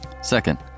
Second